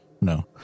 No